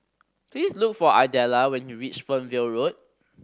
please look for Idella when you reach Fernvale Road